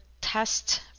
test